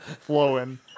flowing